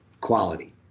quality